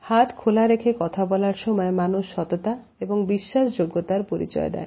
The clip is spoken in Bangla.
হাত খোলা রেখে কথা বলার সময় মানুষ সততা এবং বিশ্বাস যোগ্যতার পরিচয় দেয়